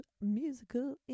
musical